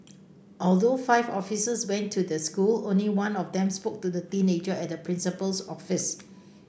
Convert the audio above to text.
although five officers went to the school only one of them spoke to the teenager at the principal's office